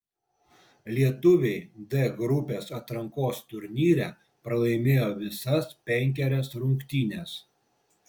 lietuviai d grupės atrankos turnyre pralaimėjo visas penkerias rungtynes